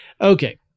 Okay